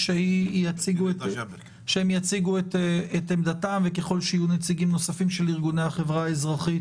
היא צריכה להשתקף בנתונים בחתך רב-שנתי.